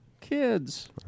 Kids